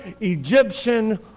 Egyptian